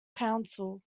council